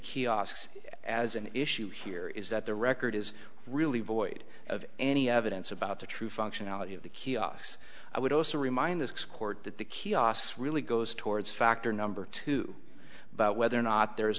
kiosks as an issue here is that the record is really void of any evidence about the true functionality of the kiosks i would also remind this court that the kiosks really goes towards factor number two but whether or not there is